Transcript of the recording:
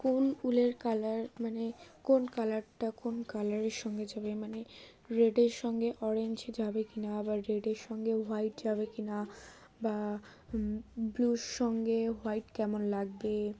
কোন উলের কালার মানে কোন কালারটা কোন কালারের সঙ্গে যাবে মানে রেডের সঙ্গে অরেঞ্জ যাবে কিনা বা রেডের সঙ্গে হোয়াইট যাবে কি না বা ব্লুর সঙ্গে হোয়াইট কেমন লাগবে